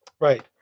Right